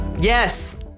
Yes